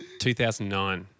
2009